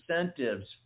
incentives